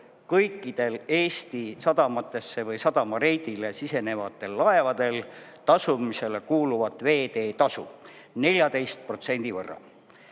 kõikidel Eesti sadamatesse või sadama reidile sisenevatel laevadel tasumisele kuuluvat veeteetasu 14% võrra.